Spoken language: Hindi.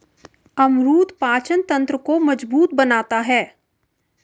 अमरूद पाचन तंत्र को मजबूत बनाता है